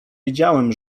wiedziałem